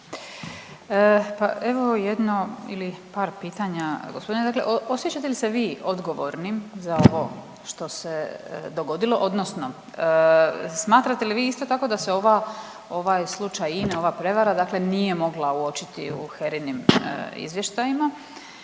Pa evo jedno ili par pitanja gospodinu, dakle osjećate li se vi odgovornim za ovo što se dogodilo odnosno smatrate li vi isto tako da se ova, ovaj slučaj INA-e, ova prevara dakle nije mogla uočiti u HERA-im izvještajima,